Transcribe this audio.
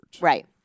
Right